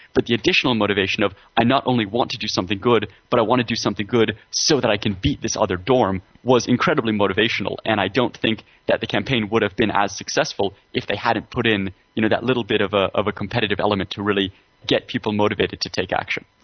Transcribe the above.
but the additional motivation of i not only want to do something good, but i want to do something good so that i can beat this other dorm, was incredibly motivational and i don't think that the campaign would have been as successful if they hadn't put in you know that little bit of ah of a competitive element to really get people motivated to take action.